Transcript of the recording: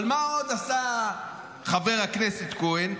אבל מה עוד עשה חבר הכנסת כהן?